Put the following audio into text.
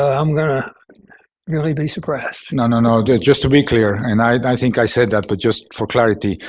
ah i'm going to really be suppressed. no, no, no. and just to be clear, and i think i said that, but just for clarity,